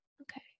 Okay